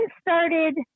started